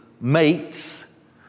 mates